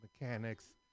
mechanics